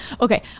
okay